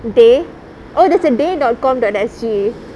dey oh there's a dey dot com dot S_G